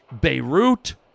Beirut